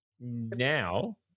Now